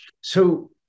So-